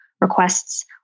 requests